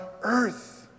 earth